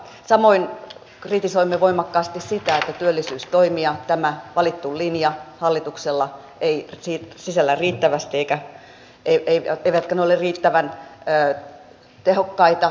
samoin kritisoimme voimakkaasti sitä että työllisyystoimia tämä valittu linja hallituksella ei sisällä riittävästi eivätkä ne ole riittävän tehokkaita